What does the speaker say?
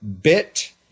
Bit